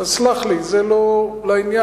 אז סלח לי, זה לא לעניין.